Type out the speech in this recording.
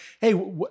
Hey